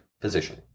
position